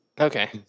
Okay